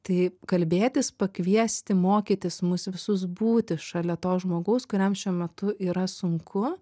tai kalbėtis pakviesti mokytis mus visus būti šalia to žmogaus kuriam šiuo metu yra sunku